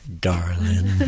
darling